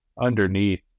underneath